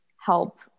help